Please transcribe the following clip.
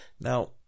Now